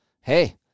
hey